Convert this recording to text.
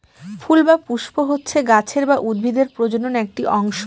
ফুল বা পুস্প হচ্ছে গাছের বা উদ্ভিদের প্রজনন একটি অংশ